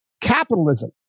Capitalism